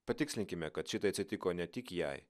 patikslinkime kad šitai atsitiko ne tik jai